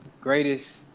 Greatest